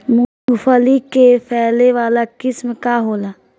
मूँगफली के फैले वाला किस्म का होला?